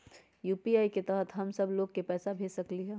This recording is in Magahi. यू.पी.आई के तहद हम सब लोग को पैसा भेज सकली ह?